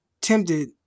tempted